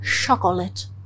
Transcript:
chocolate